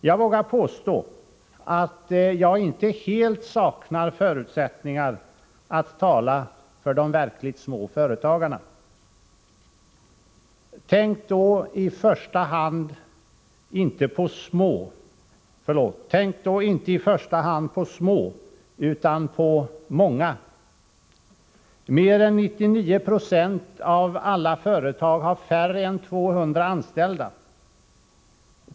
Jag vågar påstå att jag inte helt saknar förutsättningar att tala för de verkligt små företagarna. Tänk då inte i första hand på ”små” utan på ”många”. Mer än 99 96 av alla företag har färre än 200 anställda.